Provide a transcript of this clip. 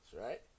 right